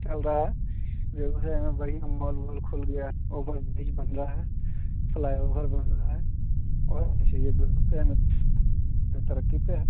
चल रहा है बेगूसराए में बढ़िया मॉल वॉल खुल गया ओवर ब्रिज बन रहा है फ्लाईओवर बन रहा है और क्या चाहिए बागूसराए में जो तरक़्क़ी पर है